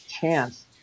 chance